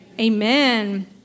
amen